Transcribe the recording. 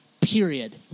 period